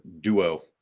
duo